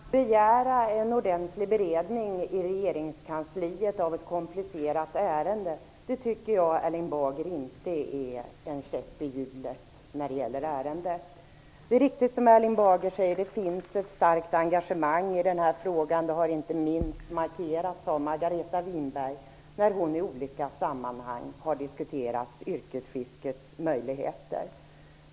Fru talman! Att begära en ordentlig beredning i regeringskansliet av ett komplicerat ärende tycker inte jag är att sätta käppar i hjulen, Erling Bager. Det är riktigt, som Erling Bager säger, att det finns ett starkt engagemang i den här frågan. Det har inte minst markerats av Margareta Winberg när hon i olika sammanhang har diskuterat yrkesfiskets möjligheter.